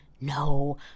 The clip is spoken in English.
no